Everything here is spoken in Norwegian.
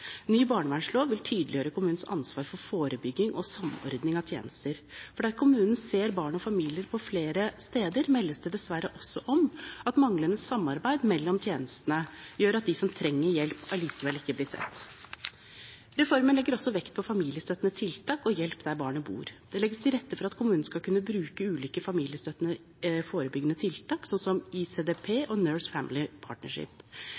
Ny barnevernslov vil tydeliggjøre kommunens ansvar for forebygging og samordning av tjenester, for der kommunen ser barn og familier på flere steder, meldes det dessverre også om at manglende samarbeid mellom tjenestene gjør at de som trenger hjelp, allikevel ikke blir sett. Reformen legger også vekt på familiestøttende tiltak og hjelp der barnet bor. Det legges til rette for at kommunen skal kunne bruke ulike familiestøttende, forebyggende tiltak, som ICDP